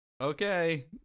Okay